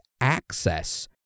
access